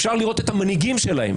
אפשר לראות את המנהיגים שלהם,